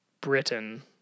Britain